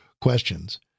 questions